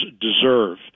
deserve